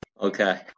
Okay